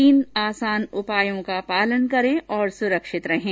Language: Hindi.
तीन आसान उपायों का पालन करें और सुरक्षित रहें